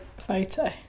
photo